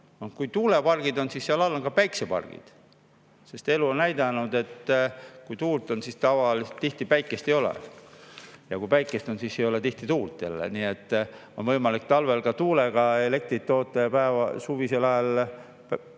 kui tuulepargid on, siis seal all on ka päiksepargid. Sest elu on näidanud, et kui tuult on, siis tihti päikest ei ole. Ja kui päikest on, siis ei ole tihti tuult jälle. Nii et on võimalik talvel ka tuulega elektrit toota ja suvisel ajal